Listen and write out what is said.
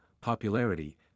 popularity